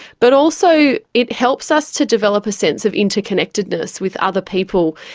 but also it helps us to develop a sense of interconnectedness with other people.